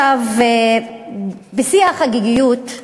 בשיא החגיגיות,